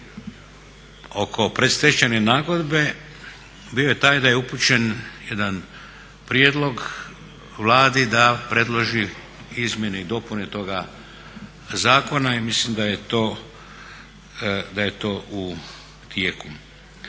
oko predstečajne nagodbe bio je taj da je upućen jedan prijedlog Vladi da predloži izmjene i dopune toga zakona i mislim da je to u tijeku.